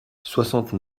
soixante